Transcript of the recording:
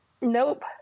Nope